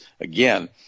again